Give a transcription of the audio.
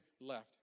left